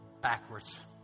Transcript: backwards